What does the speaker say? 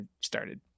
started